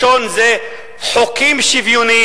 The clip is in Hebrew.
הפרמטר הראשון זה חוקים שוויוניים,